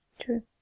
true